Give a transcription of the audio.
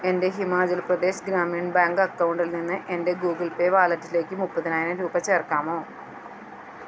എന്റെ ഹിമാചൽ പ്രദേശ് ഗ്രാമീൺ ബാങ്ക് അക്കൗണ്ടിൽ നിന്ന് എന്റെ ഗൂഗിൾ പേ വാലറ്റിലേക്ക് മുപ്പതിനായിരം രൂപ ചേർക്കാമോ